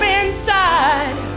inside